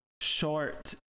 short